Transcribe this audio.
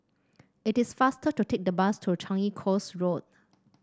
it is faster to take the bus to Changi Coast Road